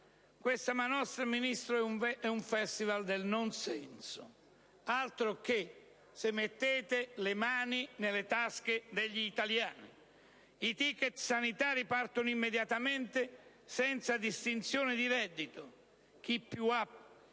Questa manovra, Ministro, è un festival del non senso: altroché se mettete le mani nelle tasche degli italiani! I *ticket* sanitari partono immediatamente, senza distinzione di reddito: chi più ha